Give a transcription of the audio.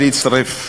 להצטרף,